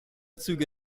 züge